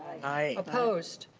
aye. opposed?